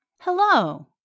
Hello